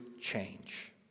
change